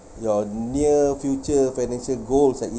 you near future financial goals like